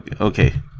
Okay